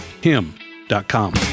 him.com